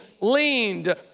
leaned